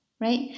right